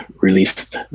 released